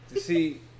See